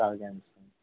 కాగే